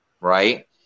right